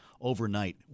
overnight